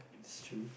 that's true